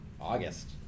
August